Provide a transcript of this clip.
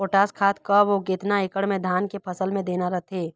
Potash खाद कब अऊ केतना एकड़ मे धान के फसल मे देना रथे?